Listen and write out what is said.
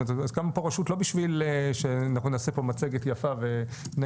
הקמנו פה רשות לא בשביל שאנחנו נעשה פה מצגת יפה ונגיד